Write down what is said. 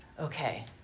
okay